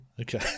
okay